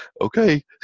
Okay